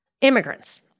immigrants